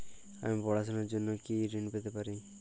আমি পড়াশুনার জন্য কি ঋন পেতে পারি?